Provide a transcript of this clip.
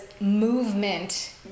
movement